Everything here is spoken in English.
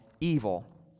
evil